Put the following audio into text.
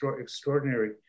extraordinary